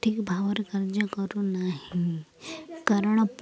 ଠିକ୍ ଭାବରେ କାର୍ଯ୍ୟ କରୁନାହିଁ କାରଣ